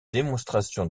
démonstration